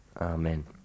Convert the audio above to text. Amen